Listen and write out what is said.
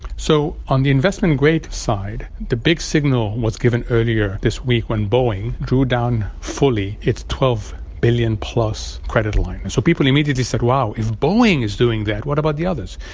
so on the investment grade side, the big signal was given earlier this week when boeing drew down fully its twelve billion dollars credit line. and so people immediately said, wow, if boeing is doing that, what about the others?